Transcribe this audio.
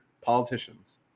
politicians